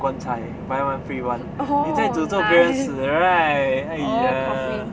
棺材 buy one free one 你在诅咒别人死 right !haiya!